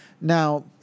Now